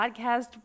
podcast